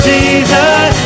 Jesus